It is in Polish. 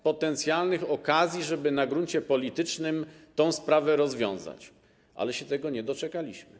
Potencjalnie było wiele okazji, żeby na gruncie politycznym tę sprawę rozwiązać, ale się tego nie doczekaliśmy.